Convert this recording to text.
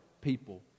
people